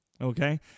Okay